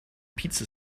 pizza